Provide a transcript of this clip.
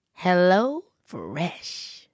HelloFresh